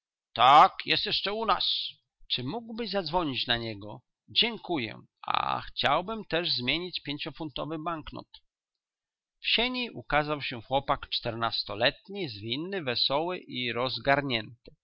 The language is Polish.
tak jest jeszcze u nas czy mógłbyś zadzwonić na niego dziękuję a chciałbym też zmienić pięciofuntowy banknot w sieni ukazał się chłopak czternastoletni zwinny wesoły i rozgarnięty